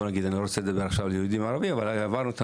אני לא רוצה לדבר עכשיו על יהודים או ערבים אבל עברנו את